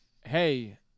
hey